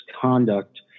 conduct